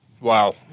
Wow